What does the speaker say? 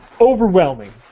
overwhelming